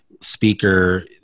speaker